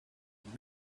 and